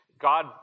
God